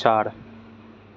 चार